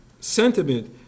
sentiment